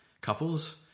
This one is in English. couples